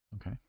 okay